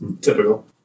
Typical